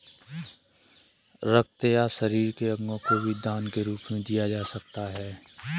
रक्त या शरीर के अंगों को भी दान के रूप में दिया जा सकता है